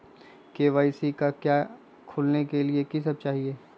KYC का का खोलने के लिए कि सब चाहिए?